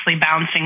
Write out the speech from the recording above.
bouncing